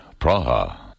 Praha